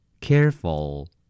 Careful